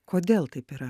kodėl taip yra